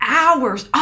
hours